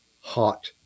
hot